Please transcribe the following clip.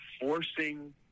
forcing